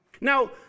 Now